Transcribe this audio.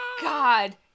God